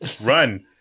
Run